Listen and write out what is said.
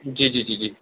जी जी जी जी